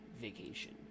vacation